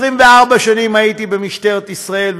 24 שנים הייתי במשטרת ישראל,